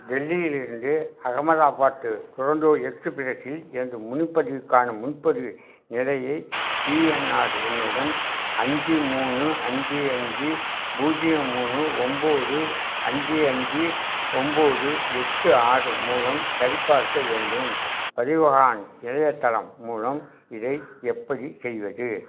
டெல்லியிலிருந்து அகமதாபாத்து துரந்தோ எக்ஸ்பிரஸ்ஸில் எனது முன்பதிவுக்கான முன்பதிவு நிலையை பிஎன்ஆர் எண்ணுடன் அஞ்சு மூணு அஞ்சு அஞ்சு பூஜ்ஜியம் மூணு ஒன்போது அஞ்சு அஞ்சு ஒன்போது எட்டு ஆறு மூலம் சரிப்பார்க்க வேண்டும் பரிவஹான் இணையத்தளம் மூலம் இதை எப்படி செய்வது